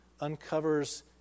uncovers